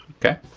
okay.